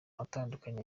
atandukanye